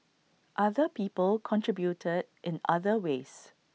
other people contributed in other ways